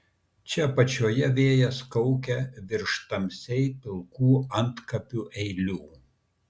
čia apačioje vėjas kaukia virš tamsiai pilkų antkapių eilių